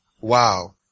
Wow